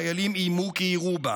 החיילים איימו כי יירו בה.